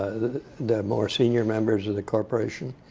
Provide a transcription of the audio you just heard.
the more senior members of the corporation.